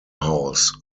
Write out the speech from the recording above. house